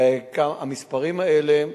המספרים האלה,